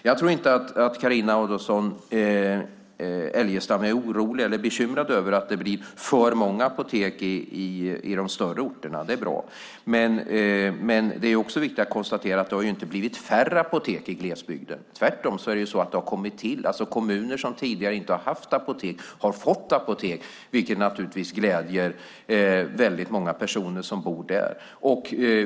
Jag tror inte att Carina Adolfsson Elgestam är orolig eller bekymrad över att det blir för många apotek i de större orterna. Det är bra. Men det är också viktigt att konstatera att det inte har blivit färre apotek i glesbygden. Tvärtom har det kommit till apotek. Kommuner som tidigare inte har haft apotek har fått det nu, vilket gläder många personer som bor där.